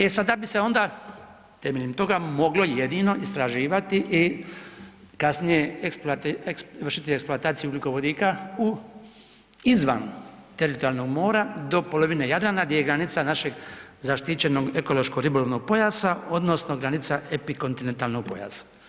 E sad, da bi se onda temeljem toga moglo jedino istraživati i kasnije vršiti eksploataciju ugljikovodika, u izvan teritorijalnog mora do polovine Jadrana, gdje je granica našeg zaštićenog ekološko-ribolovnog pojasa, odnosno granice epikontinentalnog pojasa.